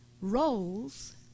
Roles